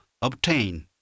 obtain